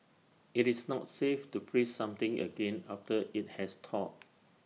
IT is not safe to freeze something again after IT has thawed